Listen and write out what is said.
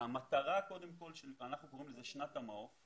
אנחנו קוראים לזה שנת המעוף והמטרה